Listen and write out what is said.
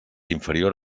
inferior